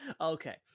Okay